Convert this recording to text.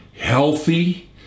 healthy